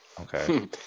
okay